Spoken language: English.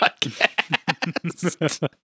podcast